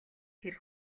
тэр